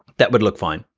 that would look fine.